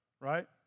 right